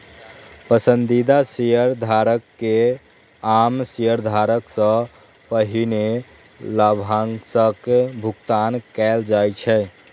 पसंदीदा शेयरधारक कें आम शेयरधारक सं पहिने लाभांशक भुगतान कैल जाइ छै